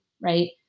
right